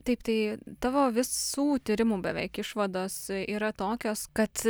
taip tai tavo visų tyrimų beveik išvados yra tokios kad